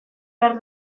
behar